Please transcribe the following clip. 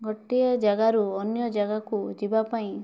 ଗୋଟିଏ ଜାଗାରୁ ଅନ୍ୟ ଜାଗାକୁ ଯିବାପାଇଁ